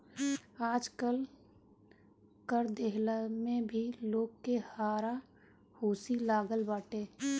आजकल कर देहला में भी लोग के हारा हुसी लागल बाटे